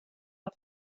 for